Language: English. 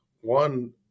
One